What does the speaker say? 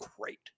great